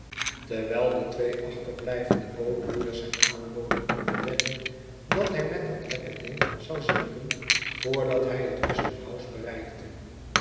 terwijl de twee achterblijvende bootroeiers hem aanboden om te wedden dat hij met dat lekke ding zou zinken voordat hij het custom house bereikte